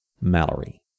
Mallory